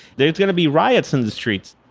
there's going to be riots in the streets.